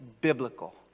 biblical